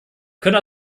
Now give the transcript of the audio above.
können